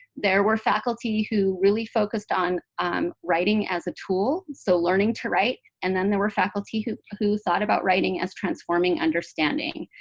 there were faculty who really focused on um writing as a tool so learning to write and then there were faculty who who thought about writing as transforming understanding,